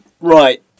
Right